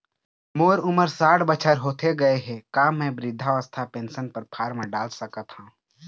मोर उमर साठ बछर होथे गए हे का म वृद्धावस्था पेंशन पर फार्म डाल सकत हंव?